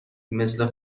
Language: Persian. مثل